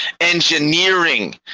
engineering